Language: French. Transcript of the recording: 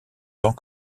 temps